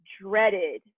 dreaded